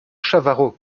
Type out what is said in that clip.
chavarot